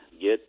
get